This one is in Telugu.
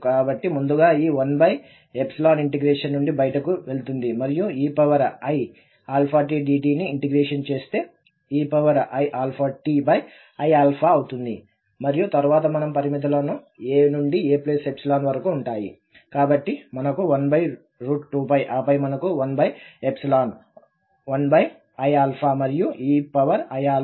కాబట్టి ముందుగా ఈ 1 ఇంటిగ్రేషన్ నుండి బయటకు వెళ్తుంది మరియు eiαtdt ని ఇంటిగ్రేషన్ చేస్తే eiαtiα అవుతుంది మరియు తరువాత మనకు పరిమితులు a నుండి a వరకు ఉంటాయి కాబట్టి మనకు 12 ఆపై మనకు 1 1iα మరియు eiα a eiαa